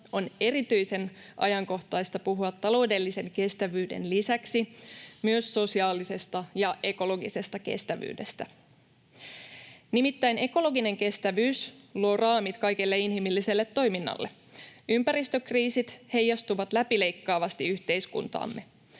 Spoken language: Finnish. on erityisen ajankohtaista puhua taloudellisen kestävyyden lisäksi myös sosiaalisesta ja ekologisesta kestävyydestä. Nimittäin ekologinen kestävyys luo raamit kaikelle inhimilliselle toiminnalle. Ympäristökriisit heijastuvat läpileikkaavasti yhteiskuntaamme,